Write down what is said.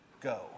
go